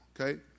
okay